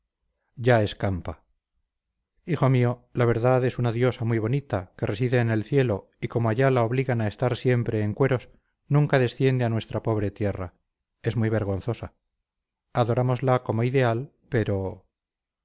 ya escampa hijo mío la verdad es una diosa muy bonita que reside en el cielo y como allá la obligan a estar siempre en cueros nunca desciende a nuestra pobre tierra es muy vergonzosa adorámosla como ideal pero